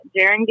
Jaron